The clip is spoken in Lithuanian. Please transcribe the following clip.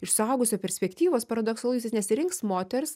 iš suaugusio perspektyvos paradoksalu jis nesirinks moters